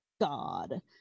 god